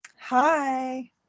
Hi